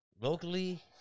Locally